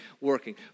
working